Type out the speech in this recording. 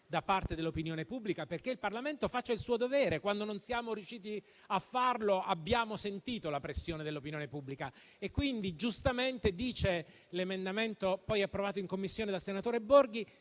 da parte dell'opinione pubblica perché il Parlamento faccia il suo dovere. Quando non siamo riusciti a farlo, abbiamo sentito la pressione dell'opinione pubblica. Quindi, giustamente dice l'emendamento, poi approvato in Commissione, del senatore Borghi